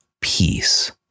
peace